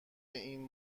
این